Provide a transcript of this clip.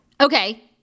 Okay